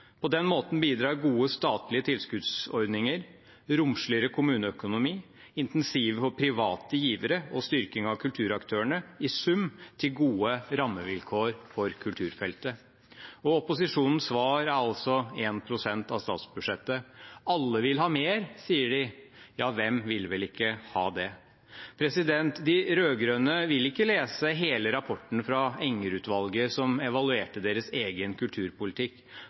På den måten bidrar gode statlige tilskuddsordninger, romsligere kommuneøkonomi, incentiver for private givere og styrking av kulturaktørene i sum til gode rammevilkår for kulturfeltet. Opposisjonens svar er altså 1 pst. av statsbudsjettet. Alle vil ha mer, sier de. Ja, hvem vil vel ikke ha det? De rød-grønne vil ikke lese hele rapporten fra Enger-utvalget som evaluerte deres egen kulturpolitikk.